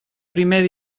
primer